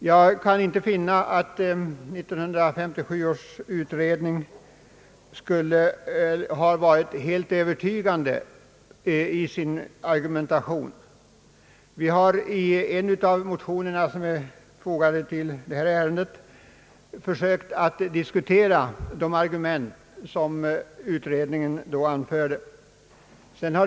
Jag kan inte finna att utredningens argumentation är helt övertygande, och i en av de motioner som behandlas i förevarande betänkande har motionärerna försökt att diskutera de argument som utredningen på sin tid anförde.